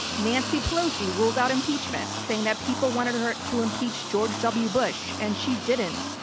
nancy pelosi rules out impeachment saying that people wanted her to impeach george w. bush and she didn't,